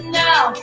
now